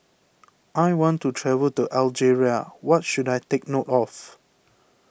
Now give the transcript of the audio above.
I want to travel to Algeria what should I take note of